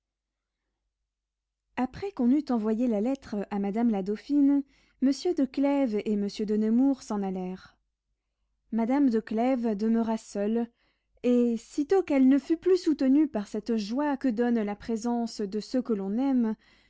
après qu'on eut envoyé la lettre à madame la dauphine monsieur de clèves et monsieur de nemours s'en allèrent madame de clèves demeura seule et sitôt qu'elle ne fut plus soutenue par cette joie que donne la présence de ce que l'on aime